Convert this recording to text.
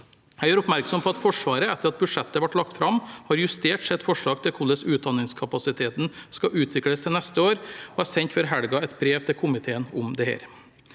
Jeg gjør oppmerksom på at Forsvaret, etter at budsjettet ble lagt fram, har justert sitt forslag til hvordan utdanningskapasiteten skal utvikles til neste år, og jeg sendte før helga et brev til komiteen om det.